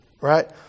right